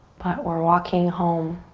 but we're walking home.